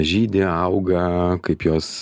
žydi auga kaip jos